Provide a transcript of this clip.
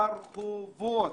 לרחובות.